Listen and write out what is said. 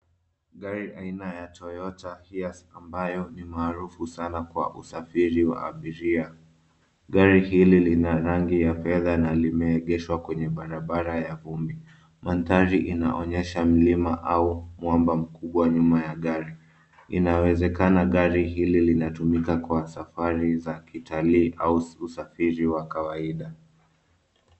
Gari aina ya Toyota Hiace ambayo ni maarufu sana kwa usafiri wa abiria. Gari hili lina rangi ya fedha na limeegeshwa kwenye barabara ya vumbi. Mandhari inaonyesha mlima au mwamba mkubwa nyuma ya gari. Inawezekana gari hili linatumika kwa safari za kitalii au usafiri wa kawaida.